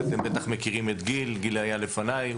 ואתם בטח מכירים את גיל שהיה לפניי.